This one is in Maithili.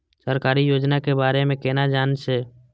सरकारी योजना के बारे में केना जान से?